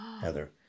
Heather